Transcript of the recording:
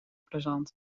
plezant